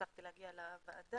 שהצלחתי להגיע לוועדה,